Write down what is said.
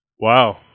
Wow